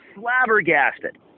flabbergasted